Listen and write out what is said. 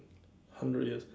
hundred years